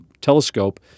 telescope